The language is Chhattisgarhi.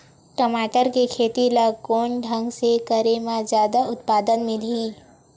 टमाटर के खेती ला कोन ढंग से करे म जादा उत्पादन मिलही?